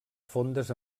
fondes